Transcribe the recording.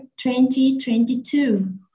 2022